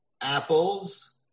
apples